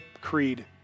creed